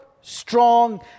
strong